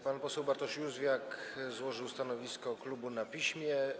Pan poseł Bartosz Józwiak złożył stanowisko klubu na piśmie.